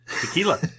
tequila